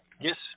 Yes